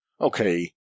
okay